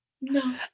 No